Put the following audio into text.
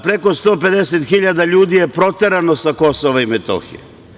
Preko 150.000 ljudi je proterano sa Kosova i Metohije.